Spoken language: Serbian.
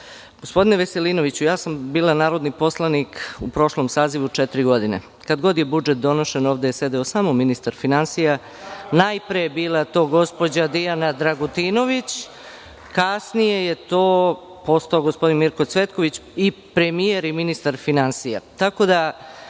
finansija. Gospodine Veselinoviću, ja sam bila narodni poslanik u prošlom sazivu četiri godine, kada god je budžet donošen, ovde je sedeo samo ministar finansija, bila je to gospođa Diana Dragutinović, a kasnije gospodin Mirko Cvetković i premijer i ministar finansija,